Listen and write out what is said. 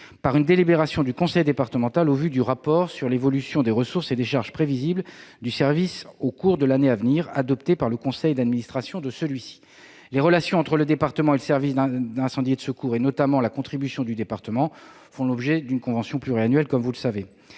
par une délibération du conseil départemental au vu du rapport sur l'évolution des ressources et des charges prévisibles du service au cours de l'année à venir, adopté par le conseil d'administration de celui-ci. « Les relations entre le département et le service départemental d'incendie et de secours et, notamment, la contribution du département, font l'objet d'une convention pluriannuelle. « Les modalités de